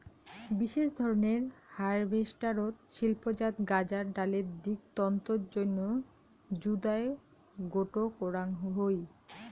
বিশেষ ধরনের হারভেস্টারত শিল্পজাত গাঁজার ডালের দিক তন্তুর জইন্যে জুদায় গোটো করাং হই